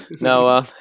no